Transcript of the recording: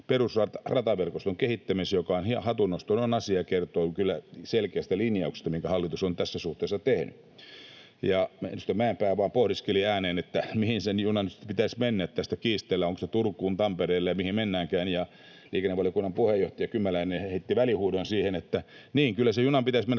perusrataverkoston kehittämiseen, mikä on hatunnoston arvoinen asia ja kertoo kyllä selkeästä linjauksesta, minkä hallitus on tässä suhteessa tehnyt, ja edustaja Mäenpää vain pohdiskeli ääneen, että mihin sen junan nyt pitäisi mennä, että tästä kiistellään, onko se Turkuun, Tampereelle ja mihin mennäänkään. Liikennevaliokunnan puheenjohtaja Kymäläinen heitti siihen välihuudon, että niin, kyllä sen junan pitäisi mennä